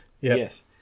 Yes